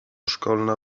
szkolna